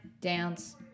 dance